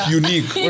unique